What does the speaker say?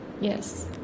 Yes